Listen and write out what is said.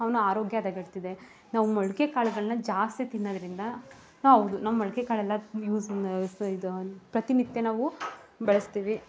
ಅವ್ನು ಆರೋಗ್ಯ ಹದಗೆಡ್ತಿದೆ ನಾವು ಮೊಳಕೆ ಕಾಳುಗಳ್ನ ಜಾಸ್ತಿ ತಿನ್ನೋದ್ರಿಂದ ಹೌದು ನಾವು ಮೊಳಕೆ ಕಾಳೆಲ್ಲ ಯೂಸ್ ಇದು ಪ್ರತಿನಿತ್ಯ ನಾವು ಬಳಸ್ತೀವಿ